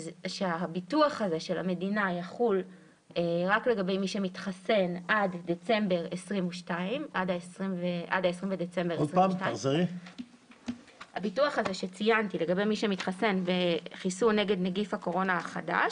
שהביטוח הזה של המדינה יחול רק לגבי מי שמתחסן עד דצמבר 22'. הביטוח הזה שציינתי לגבי מי שמתחסן בחיסון נגד נגיף הקורונה החדש,